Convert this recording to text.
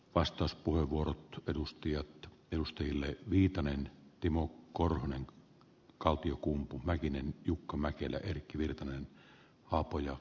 vastauspuheenvuoro edusti jotta edustajille viitanen timo korhonen kaltiokumpu mäkinen jukka mäkelä erkki virtanen haapoja